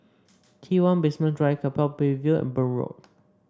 T one Basement Drive Keppel Bay View and Burn Road